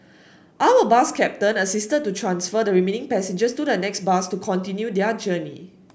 our bus captain assisted to transfer the remaining passengers to the next bus to continue their journey